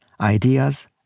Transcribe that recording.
ideas